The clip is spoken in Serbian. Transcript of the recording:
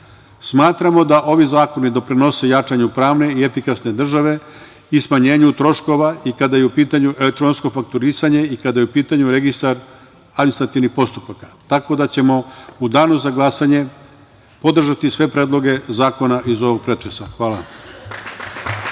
naknade. Smatramo da ovi zakoni doprinose jačanju pravne i efikasne države i smanjenju troškova, kada je u pitanju elektronsko fakturisanje i kada je u pitanju registar administrativnih postupaka, tako da ćemo u danu za glasanje podržati sve predloge zakone iz ovog pretresa. Hvala.